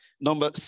Number